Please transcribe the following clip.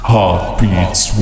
Heartbeats